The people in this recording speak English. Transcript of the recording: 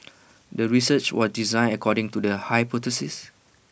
the research was designed according to the hypothesis